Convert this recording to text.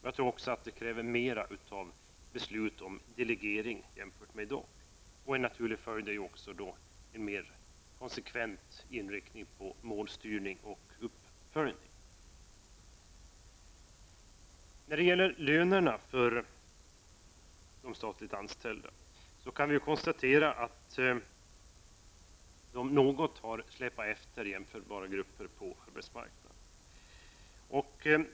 Jag tror också att det kräver mer av beslut om delegering jämfört med i dag. En naturlig följd blir då också en mer konsekvent inriktning på målstyrning och uppföljning. Vi kan konstatera att de statsanställdas löner har kommit att något släpa efter lönerna för jämförbara grupper på arbetsmarknaden.